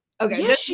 Okay